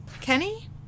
Kenny